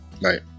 right